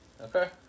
Okay